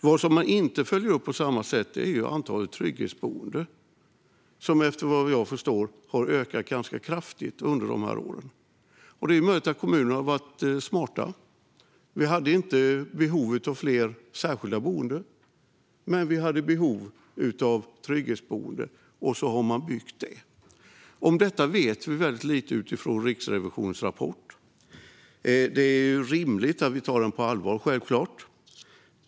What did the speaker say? Vad man inte följer upp på samma sätt är antalet trygghetsboenden, som vad jag förstår har ökat ganska kraftigt under de här åren. Det är möjligt att kommunerna har varit smarta. Man hade inte behov av fler särskilda boenden, men man hade behov av trygghetsboenden, och så har man byggt det. Om detta vet vi väldigt lite utifrån Riksrevisionens rapport. Det är självklart rimligt att vi tar den på allvar.